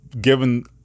given